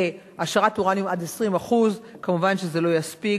להעשרת האורניום עד 20%, כמובן שזה לא יספיק.